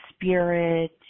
spirit